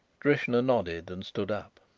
drishna nodded and stood up.